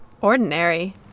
ordinary